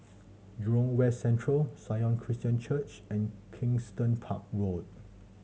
Jurong West Central Sion Christian Church and Kensington Park Road